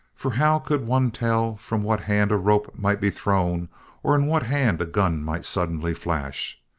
for how could one tell from what hand a rope might be thrown or in what hand a gun might suddenly flash?